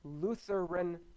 Lutheran